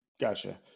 Gotcha